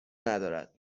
ندارد